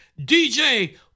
DJ